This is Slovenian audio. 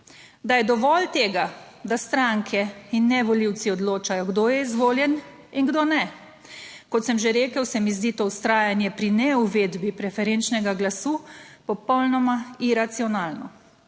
"Da je dovolj tega, da stranke in ne volivci odločajo, kdo je izvoljen in kdo ne. Kot sem že rekel, se mi zdi to vztrajanje pri ne uvedbi preferenčnega glasu popolnoma iracionalno.